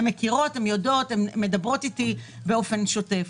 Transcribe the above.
הן מכירות, הן יודעות, הן מדברות איתי באופן שוטף.